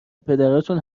پدراتون